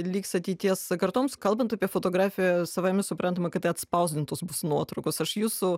liks ateities kartoms kalbant apie fotografiją savaime suprantama kad tai atspausdintos bus nuotraukos aš jūsų